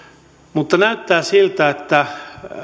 mutta näyttää siltä että